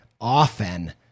often